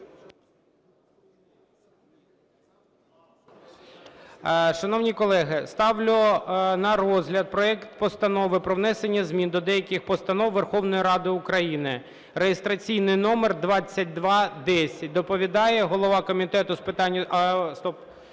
Шановні колеги, ставлю на розгляд проект Постанови про внесення змін до деяких постанов Верховної Ради України (реєстраційний номер 2210). Доповідає голова Комітету з питань...